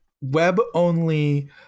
web-only